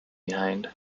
behind